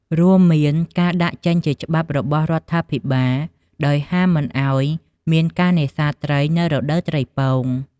រួមមានការដាក់ចេញជាច្បាប់របស់រដ្ឋាភិបាល ដោយហាមមិនអោយមានការនេសាទត្រី នៅរដូវត្រីពង។